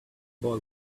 boy